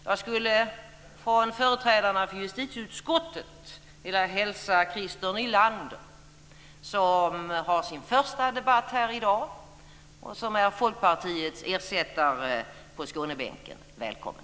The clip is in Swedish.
Jag skulle från företrädarna för justitieutskottet vilja hälsa Christer Nylander, som har sin första debatt här i dag och som är Folkpartiets ersättare på Skånebänken, välkommen.